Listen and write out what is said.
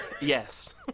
yes